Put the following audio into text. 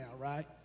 right